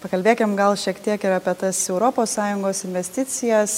pakalbėkime gal šiek tiek ir apie tas europos sąjungos investicijas